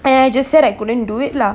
I I just said I couldn't do it lah